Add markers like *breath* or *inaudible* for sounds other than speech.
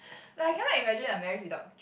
*breath* like I cannot imagine a marriage without children